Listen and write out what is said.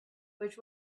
which